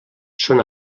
són